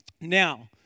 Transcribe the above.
Now